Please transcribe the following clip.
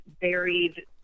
buried